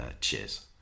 cheers